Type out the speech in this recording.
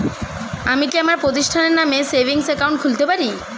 আমি কি আমার প্রতিষ্ঠানের নামে সেভিংস একাউন্ট খুলতে পারি?